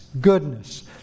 Goodness